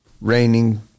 Raining